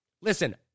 Listen